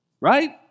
right